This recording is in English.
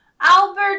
Albert